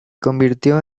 convirtió